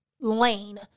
lane